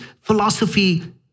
philosophy